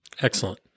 Excellent